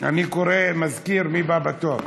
אני קורא, מזכיר, מי הבא בתור.